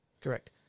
Correct